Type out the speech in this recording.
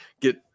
get